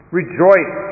Rejoice